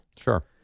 Sure